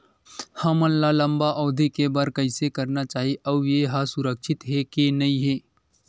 हमन ला लंबा अवधि के बर कइसे करना चाही अउ ये हा सुरक्षित हे के नई हे?